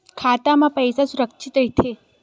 खाता मा पईसा सुरक्षित राइथे?